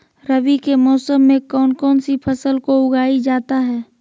रवि के मौसम में कौन कौन सी फसल को उगाई जाता है?